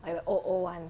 like the old old [one]